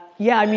yeah, i mean